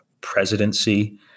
presidency